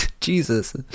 jesus